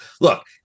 Look –